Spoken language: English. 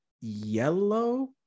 yellow